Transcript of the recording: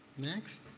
next?